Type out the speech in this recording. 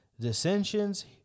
dissensions